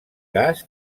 gas